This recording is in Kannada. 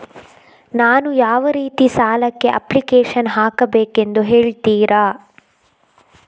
ನಾನು ಯಾವ ರೀತಿ ಸಾಲಕ್ಕೆ ಅಪ್ಲಿಕೇಶನ್ ಹಾಕಬೇಕೆಂದು ಹೇಳ್ತಿರಾ?